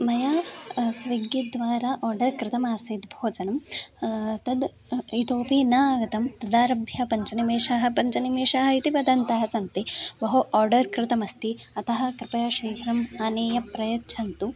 मया स्विग्गि द्वारा आर्डर् कृतमासीत् भोजनं तद् इतोपि न आगतं तदारभ्य पञ्चनिमेषाः पञ्चनिमेषाः इति वदन्तः सन्ति बहु आर्डर् कृतमस्ति अतः कृपया शीघ्रम् आनीय प्रयच्छन्तु